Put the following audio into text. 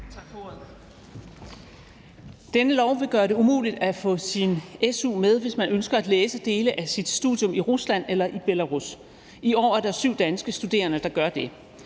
Tak for ordet. Denne lov vil gøre det umuligt at få sin su med, hvis man ønsker at læse dele af sit studium i Rusland eller Belarus. I år er der syv danske studerende, der gør det.